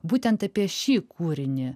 būtent apie šį kūrinį